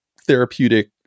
therapeutic